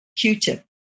Q-tip